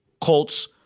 Colts